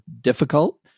difficult